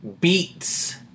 beats